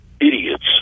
Idiots